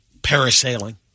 parasailing